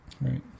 Right